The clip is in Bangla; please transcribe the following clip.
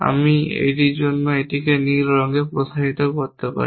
আমি এটির জন্য এটিকে নীল রঙে প্রসারিত করতে পারি